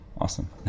Awesome